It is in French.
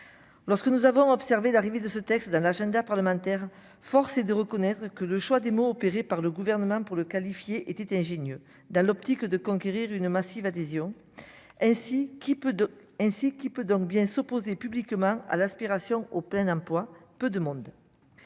lorsque nous avons observé d'arriver de ce texte l'agenda parlementaire, force est de reconnaître que le choix des mots opérée par le gouvernement pour le qualifier était ingénieux dans l'optique de conquérir une massive adhésion ainsi qu'il peut ainsi qu'il peut donc bien s'opposer publiquement à l'aspiration au plein emploi, peu de monde,